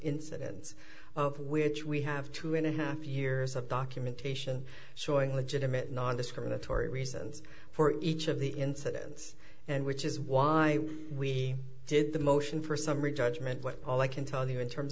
incidents of which we have two and a half years of documentation showing legitimate nondiscriminatory reasons for each of the incidents and which is why we did the motion for summary judgment what all i can tell you in terms